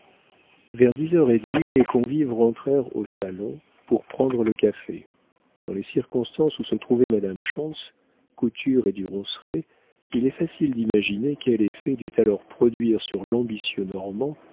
vers dix heures et demie les convives rentrèrent au salon pour prendre le café dans les circonstances où se trouvait madame schontz couture et du ronceret il est facile d'imaginer quel effet dut alors produire sur